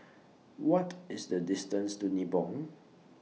What IS The distance to Nibong